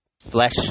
flesh